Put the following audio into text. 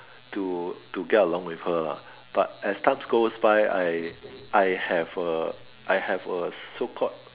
to to get along with her lah but as time goes by I I have a I have a so called